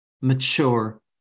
mature